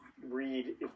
read